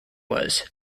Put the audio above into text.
was